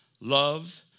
Love